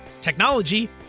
technology